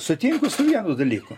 sutinku su vienu dalyku